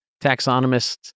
taxonomists